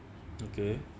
okay